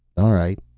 all right.